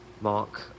Mark